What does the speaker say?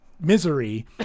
misery